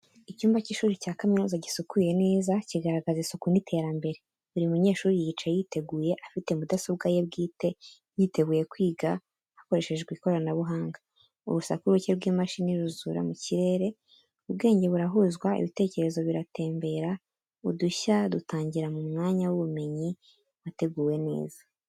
Icyumba cy’ishuri cya kaminuza gisukuye neza, kigaragaza isuku n’iterambere. Buri munyeshuri yicaye yiteguye, afite mudasobwa ye bwite, yiteguye kwiga, hakoreshejwe ikoranabuhanga. Urusaku ruke rw’imashini ruzura mu kirere, ubwenge burahuzwa, ibitekerezo biratembera, udushya dutangira mu mwanya w’ubumenyi wateguwe neza.